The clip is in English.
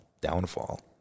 downfall